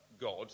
God